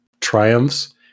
triumphs